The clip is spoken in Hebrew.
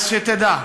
אז שתדע: